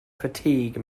fatigue